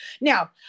Now